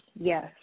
Yes